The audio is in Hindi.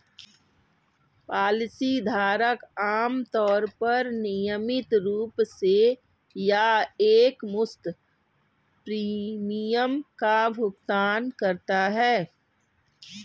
पॉलिसी धारक आमतौर पर नियमित रूप से या एकमुश्त प्रीमियम का भुगतान करता है